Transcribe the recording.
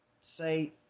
say